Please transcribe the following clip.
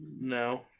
No